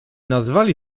nazywali